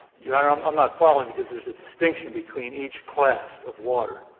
your honor, i'm i'm not following, because there's a distinction between each class of water.